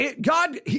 God